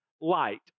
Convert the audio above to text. light